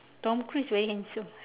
Tom-Cruise very handsome